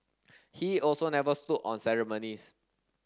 he also never stood on ceremonies